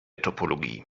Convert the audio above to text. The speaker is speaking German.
topologie